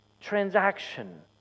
transaction